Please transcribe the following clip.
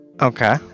Okay